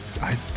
I-